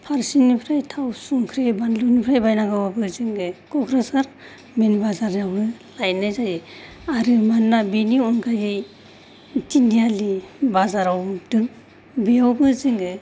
फारसेनिफ्राय थाव संख्रि फानलुनिफाय बायनांगौबाबो जोङो क'क्राझार मेन बाजारावनो लायनाय जायो आरो मानोना बेनि अनगायै थिनालि बाजाराव दं बेयावबो जोङो